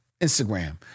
Instagram